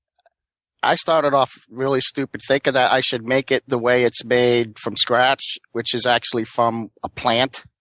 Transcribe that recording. i started off really stupid, thinking that i should make it the way it's made from scratch, which is actually from a plant.